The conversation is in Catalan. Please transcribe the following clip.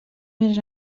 més